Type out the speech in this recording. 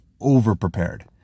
over-prepared